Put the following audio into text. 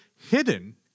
hidden